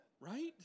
Right